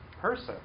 person